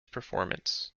performance